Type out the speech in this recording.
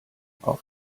auch